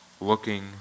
looking